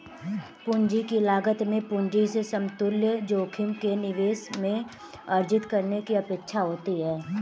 पूंजी की लागत में पूंजी से समतुल्य जोखिम के निवेश में अर्जित करने की अपेक्षा होती है